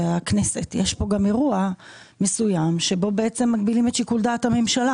יש פה גם אירוע מסוים שבו מגבילים את שיקול דעת הממשלה